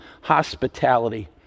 hospitality